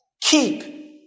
Keep